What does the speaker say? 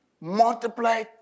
multiply